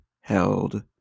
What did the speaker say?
held